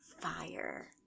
fire